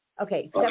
Okay